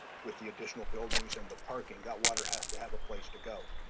with the additional buildings and the parking, that water has to have a place to go,